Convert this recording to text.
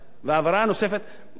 ההעברה הנוספת, מה?